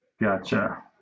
Gotcha